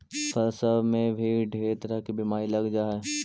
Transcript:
फूल सब में भी ढेर तरह के बीमारी लग जा हई